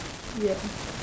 ya